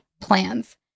PLANS